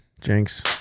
Jinx